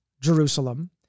Jerusalem